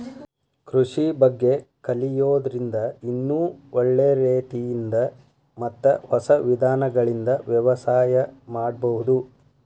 ಕೃಷಿ ಬಗ್ಗೆ ಕಲಿಯೋದ್ರಿಂದ ಇನ್ನೂ ಒಳ್ಳೆ ರೇತಿಯಿಂದ ಮತ್ತ ಹೊಸ ವಿಧಾನಗಳಿಂದ ವ್ಯವಸಾಯ ಮಾಡ್ಬಹುದು